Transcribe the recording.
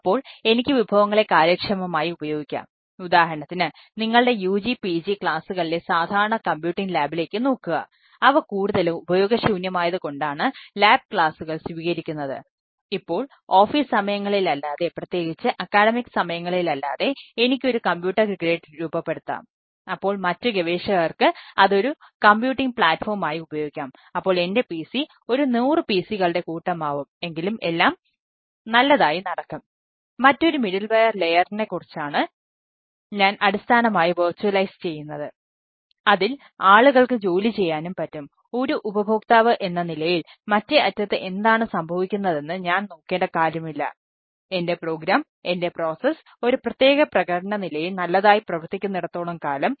അപ്പോൾ എൻറെ PC ഒരു 100 PCകളുടെ കൂട്ടം ആവും എങ്കിലും എല്ലാം നല്ലതായി നടക്കും